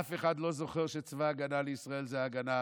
אף אחד לא זוכר שצבא ההגנה לישראל זה ההגנה.